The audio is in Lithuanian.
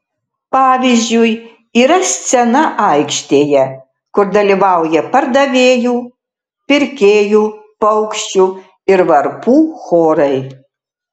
pavyzdžiui yra scena aikštėje kur dalyvauja pardavėjų pirkėjų paukščių ir varpų chorai